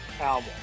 album